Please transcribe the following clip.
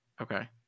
Okay